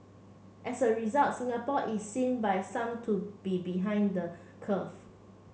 as a result Singapore is seen by some to be behind the curve